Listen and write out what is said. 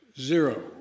Zero